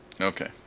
Okay